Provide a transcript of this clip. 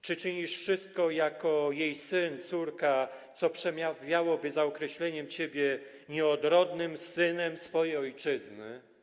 Czy czynisz wszystko jako jej syn, córka, co przemawiałoby za określeniem ciebie nieodrodnym synem swojej ojczyzny?